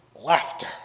laughter